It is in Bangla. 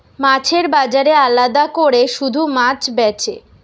মাছের বাজারে আলাদা কোরে শুধু মাছ বেচে